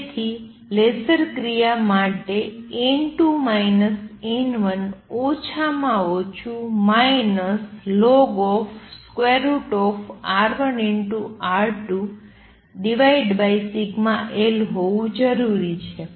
તેથી લેસર ક્રિયા કરવા માટે n2 n1 ઓછામાં ઓછું ln√ σl હોવું જરૂરી છે